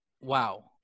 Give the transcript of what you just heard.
wow